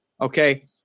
okay